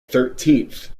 thirteenth